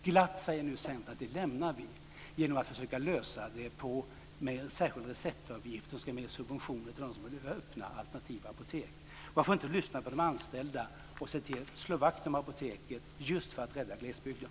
Glatt säger man nu i Centern att det lämnar man och att man försöker lösa det genom en särskild receptavgift och subventioner till dem som vill öppna alternativa apotek. Varför inte lyssna på de anställda och slå vakt om Apoteket just för att rädda glesbygden?